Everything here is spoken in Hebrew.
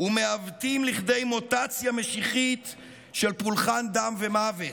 ומעוותים לכדי מוטציה משיחית של פולחן, דם ומוות.